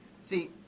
See